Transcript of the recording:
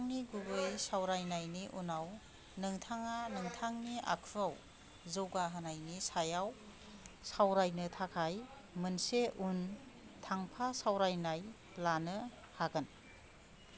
नोंथांनि गुबै सावरायनायनि उनाव नोंथाङा नोंथांनि आखुयाव जौगाहोनायनि सायाव सावरायनो थाखाय मोनसे उन थांफा सावरायनाय लानो हागोन